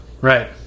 Right